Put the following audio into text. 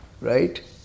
Right